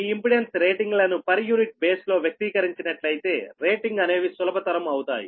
మీ impedance rating లను per unit base లో వ్యక్తీకరించినట్లయితే రేటింగ్ అనేవి సులభతరం అవుతాయి